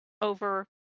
over